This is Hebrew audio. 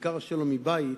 בעיקר השלום מבית,